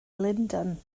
lundain